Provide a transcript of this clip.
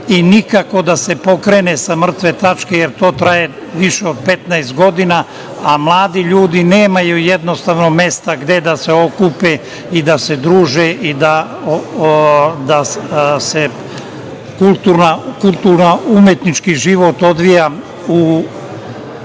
i nikako da se pokrene sa mrtve tačke, jer to traje više od 15 godina, a mladi ljudi nemaju mesta gde da se okupe, da se druže i da se kulturno-umetnički život odvija u